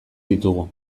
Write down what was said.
ditugu